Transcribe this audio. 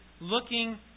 looking